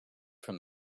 from